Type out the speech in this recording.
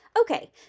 Okay